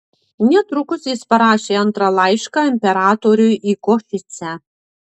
netrukus jis parašė antrą laišką imperatoriui į košicę